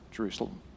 Jerusalem